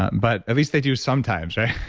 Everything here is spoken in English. ah and but at least they do sometimes right?